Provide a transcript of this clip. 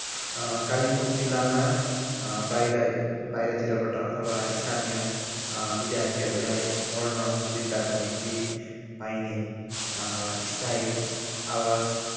कालिम्पोङ जिल्लामा बाहिर बाहिरतिरबाट अथवा स्थानीय विद्यार्थीहरूलाई पढन सुविधाको निम्ति पाइने स्थायी आवासहरू